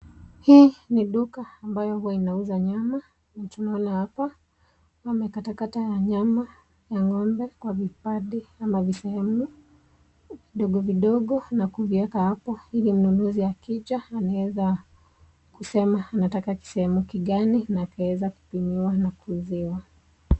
hii ni duka ambayo huwa inauza nyama, tunaona hapa wamekatakata ya nyama ya ngombe kwa vipande ama kwa visehemu, vidogo vidogo na kuvieka hapo ili mnunuzi akija anaweza kusema anataka sehemu kigani na akaeweza kuinunua na kuuziwa.